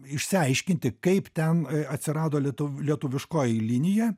išsiaiškinti kaip ten atsirado lietuv lietuviškoji linija